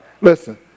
Listen